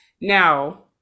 Now